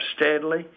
steadily